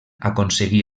aconseguí